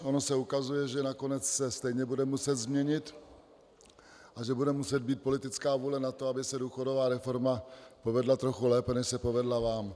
Ono se ukazuje, že nakonec se stejně bude muset změnit a že bude muset být politická vůle na to, aby se důchodová reforma povedla trochu lépe, než se povedla vám.